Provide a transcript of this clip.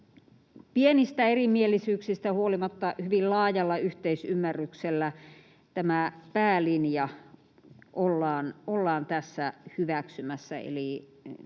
pienistä erimielisyyksistä huolimatta hyvin laajalla yhteisymmärryksellä tämä päälinja ollaan tässä hyväksymässä,